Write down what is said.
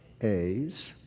A's